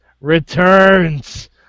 returns